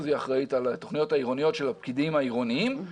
והיא אחראית על התוכניות העירוניות של הפקידים העירוניים.